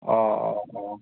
অঁ অঁ অঁ